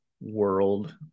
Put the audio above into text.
world